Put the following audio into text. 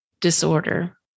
disorder